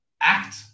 act